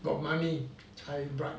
got money 才 bright